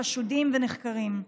חשודים ונחקרים.